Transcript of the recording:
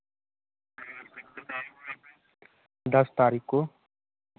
दस तारीख़ को